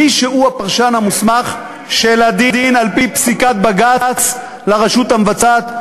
מי שהוא הפרשן המוסמך של הדין על-פי פסיקת בג"ץ לרשות המבצעת,